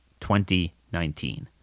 2019